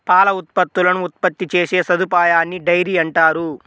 పాల ఉత్పత్తులను ఉత్పత్తి చేసే సదుపాయాన్నిడైరీ అంటారు